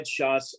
headshots